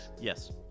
yes